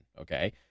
Okay